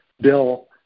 bill